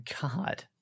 God